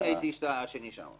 אני ראיתי שאתה השני שם.